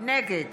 נגד